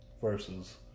versus